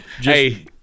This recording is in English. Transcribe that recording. hey